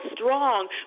strong